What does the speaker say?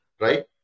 right